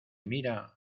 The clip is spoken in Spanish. mira